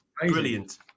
brilliant